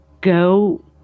go